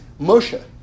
Moshe